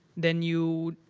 then you,